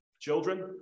children